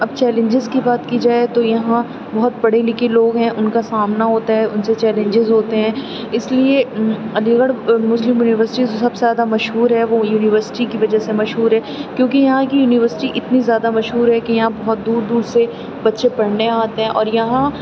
اب چیلنجز کی بات کی جائے تو یہاں بہت پڑھے لکھے لوگ ہیں ان کا سامنا ہوتا ہے ان سے چیلنجز ہوتے ہیں اس لیے علی گڑھ مسلم یونیورسٹی جو سب سے زیادہ مشہور ہے وہ یونیورسٹی کی وجہ سے مشہور ہے کیونکہ یہاں کی یونیورسٹی اتنی زیادہ مشہور ہے کہ یہاں بہت دور دور سے بچے پڑھنے آتے ہیں اور یہاں